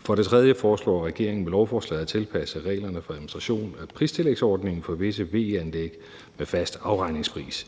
For det tredje foreslår regeringen med lovforslaget at tilpasse reglerne for administration af visse pristillægsordninger for VE-anlæg med fast afregningspris.